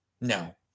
no